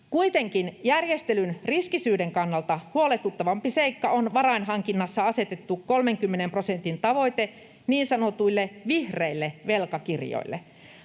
Kuitenkin järjestelyn riskisyyden kannalta huolestuttavampi seikka on varainhankinnassa asetettu 30 prosentin tavoite niin sanotuille vihreille velkakirjoille.